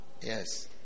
Yes